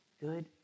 good